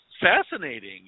fascinating